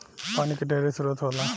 पानी के ढेरे स्रोत होला